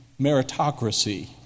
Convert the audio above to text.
meritocracy